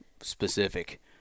specific